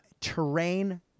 terrain